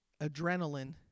adrenaline